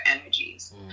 energies